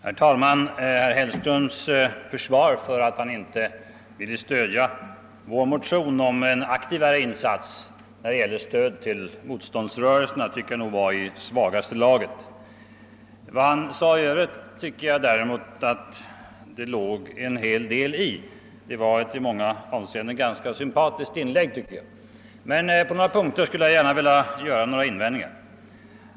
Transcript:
Herr talman! Jag tycker nog att herr Hellströms försvar för att han inte ville stödja vår motion om en aktivare insats när det gäller stödet till motståndsrörelserna var i svagaste laget. Däremot låg det en hel del i vad han sade i övrigt. Det var ett i många avseenden ganska sympatiskt inlägg. På några punkter skulle jag emellertid vilja göra några invändningar.